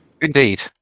Indeed